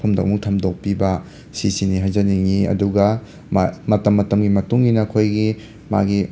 ꯃꯐꯝꯗ ꯑꯃꯨꯛ ꯊꯝꯗꯣꯛꯄꯤꯕ ꯁꯤꯁꯤꯅꯤ ꯍꯥꯏꯖꯅꯤꯡꯉꯤ ꯑꯗꯨꯒ ꯃꯇꯝ ꯃꯇꯝꯒꯤ ꯃꯇꯨꯡ ꯏꯟꯅ ꯑꯩꯈꯣꯏꯒꯤ ꯃꯥꯒꯤ